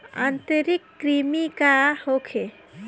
आंतरिक कृमि का होखे?